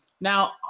Now